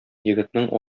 егетнең